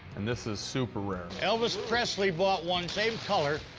and this is super rare. elvis presley bought one, same color,